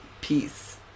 peace